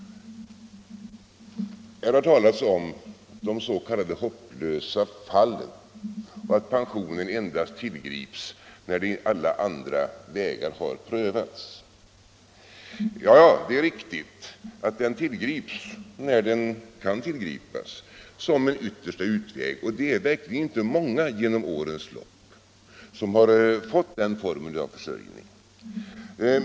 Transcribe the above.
Här har talats om de s.k. hopplösa fallen och om att pensionen endast tillgrips när alla andra vägar har prövats. Ja, det är riktigt att den tillgrips, när så ske kan, som en yttersta utväg, men det är verkligen inte många genom årens lopp som har fått den formen av försörjning.